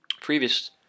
Previous